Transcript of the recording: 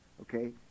okay